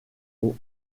ont